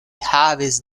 havis